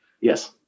Yes